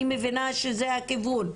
אני מבינה שזה הכיוון?